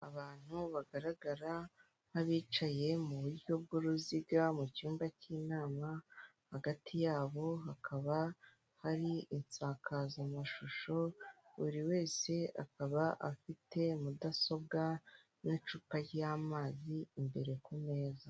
Abantu bagaragara nk'abicaye muburyo bw'uruziga mu cyumba cy'inama, hagati yabo hakaba hari insakazamashusho buri wese akaba afite mudasobwa n'icupa rya'amazi imbere ku meza.